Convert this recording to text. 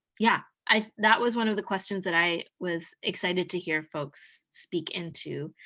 yeah, i that was one of the questions that i was excited to hear folks speak into,